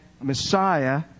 Messiah